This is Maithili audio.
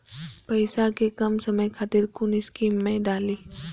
पैसा कै कम समय खातिर कुन स्कीम मैं डाली?